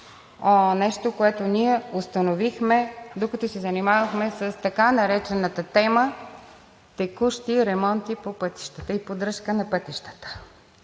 нещо, което установихме, докато се занимавахме с така наречената тема „Текущи ремонти и поддръжка на пътищата“.